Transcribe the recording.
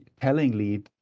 tellingly